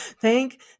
Thank